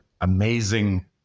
amazing